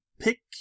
Pick